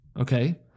okay